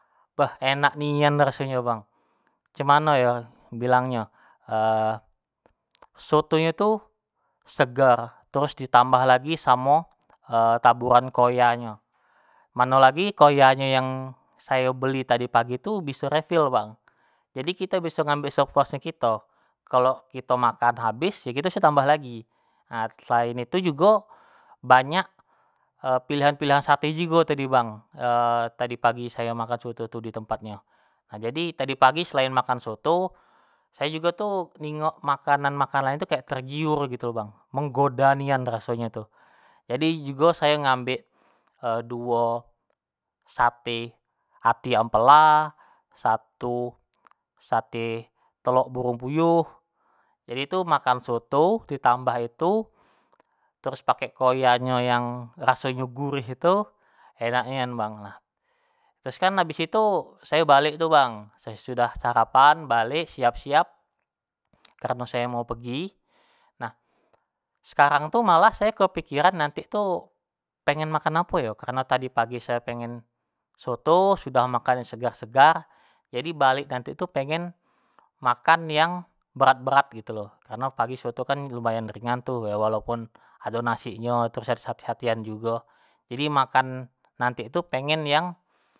enak nian rasonyo bang, cam mano yo bilangnyo soto nyo tu seger terus ditambah lagi samo taburan koya nyo, mano lagi koya nyo yang sayo beli tadi pagi tu biso refil bang, jadi kito bisa ngambek sepuasnyo kito, kalo kito makan abis kito bisa tambah lagi, na selain itu jugo banyak pilihan-pilihan sate jugo tadi bang tadi pagi sayo makan soto tu di tempat nyo, jadi tadi pagi selain makan soto sayo jugo tu ningok makanan-makan lain tu kayak tergiur gitu lo bang, menggoda nian rasonyo tu, jadi jugo sayo ngambek duo sate ati ampela, satu sate telok burung puyuh, jadi tu makan soto ditambah itu terus pakek koya nyo yang rasonyo gurih itu, enak nian bang nah, terus kan habis itu sayo balek tu bang, sayo sudah sarapan balek siap-siap, kareno sayo mau pergi, nah sekarang tu malah sayo kepikiran nanti tu pengen makan apo yo, kareno tadi pagi sayo pengen soto sudah makan yang segar-segar, jadi balek nanti tu pengen makan yang berat-berat gitu lo. kareno pagi soto tu kan lumayan ringan tu kan, iyo walaupun ado nasi nyo terus ado sate- satean jugo, jadi makan nanti tu pengin yang.